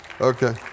Okay